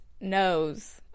knows